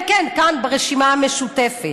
כן, כן, כאן ברשימה המשותפת.